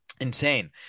Insane